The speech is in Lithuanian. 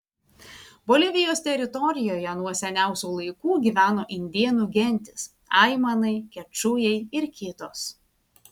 bolivijos teritorijoje nuo seniausių laikų gyveno indėnų gentys aimanai kečujai ir kitos